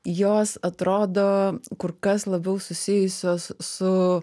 jos atrodo kur kas labiau susijusios su